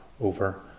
over